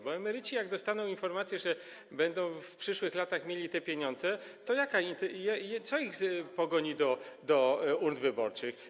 Bo jak emeryci dostaną informację, że będą w przyszłych latach mieli te pieniądze, to co ich pogoni do urn wyborczych?